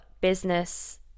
business